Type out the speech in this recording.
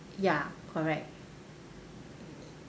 ya correct